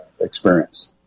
experience